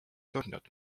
surnud